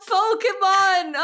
Pokemon